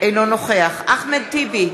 אינו נוכח אחמד טיבי,